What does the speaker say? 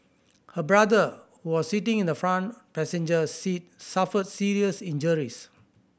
her brother who was sitting in the front passenger seat suffered serious injuries